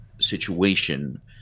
situation